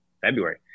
February